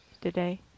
today